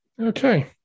okay